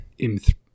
M3